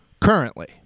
currently